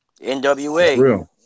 NWA